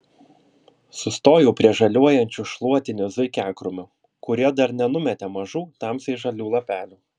sustoju prie žaliuojančių šluotinių zuikiakrūmių kurie dar nenumetė mažų tamsiai žalių lapelių